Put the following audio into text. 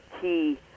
key